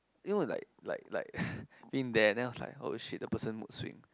you know like like like been there then I was like !oh shit! the person mood swing